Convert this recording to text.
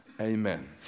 Amen